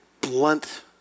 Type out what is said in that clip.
blunt